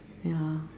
ya